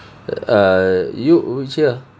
err you which year?